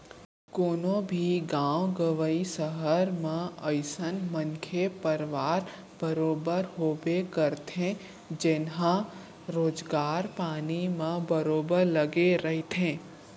कोनो भी गाँव गंवई, सहर म अइसन मनखे परवार बरोबर होबे करथे जेनहा रोजगार पानी म बरोबर लगे रहिथे